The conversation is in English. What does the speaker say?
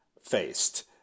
faced